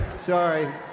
Sorry